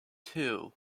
two